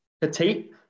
petite